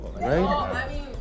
Right